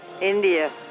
India